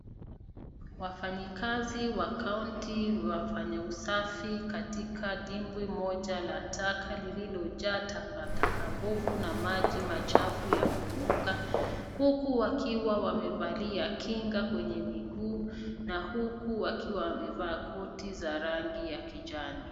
Wafanyakazi wa kaunti wafanya kazi katika dimbwi moja la taka lililojaa takataka mbovu na maji machafu yaliyonuka huku wakiwa wamevalia kinga kwenye miguu na huku wakiwa wamevaa koti za rangi ya kijani.